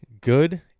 good